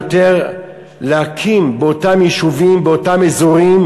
להקים באותם יישובים, באותם אזורים,